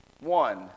One